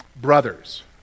brothers